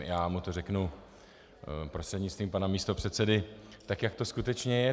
Já mu to řeknu prostřednictvím pana místopředsedy, jak to skutečně je.